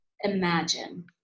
imagine